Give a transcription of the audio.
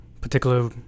particular